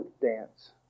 dance